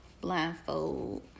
blindfold